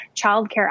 childcare